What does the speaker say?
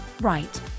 Right